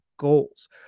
Goals